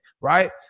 right